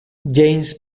james